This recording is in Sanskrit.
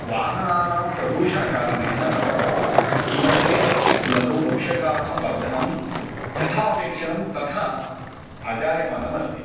वाहनानां प्रदूषणकारणेन किमस्ति अस् लघुवृक्षकाणां वर्धनं यथापेक्षितं तथा अजायमानम् अस्ति